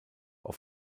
auf